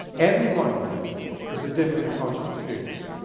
every one of them is a different conscious experience.